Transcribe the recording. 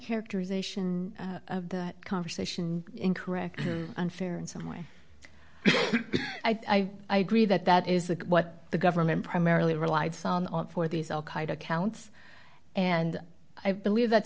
characterization of the conversation incorrect unfair in some way i agree that that is the what the government primarily relied sawn on for these al qaeda accounts and i believe that